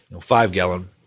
five-gallon